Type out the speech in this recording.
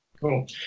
Cool